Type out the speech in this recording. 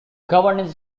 governance